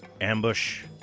Ambush